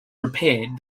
repaired